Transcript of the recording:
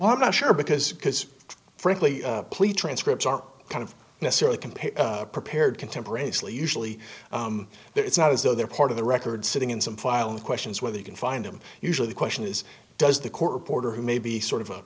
i'm not sure because because frankly please transcripts are kind of necessarily compare prepared contemporaneously usually it's not as though they're part of the record sitting in some file of questions whether you can find them usually the question is does the court reporter who may be sort of a